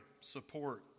support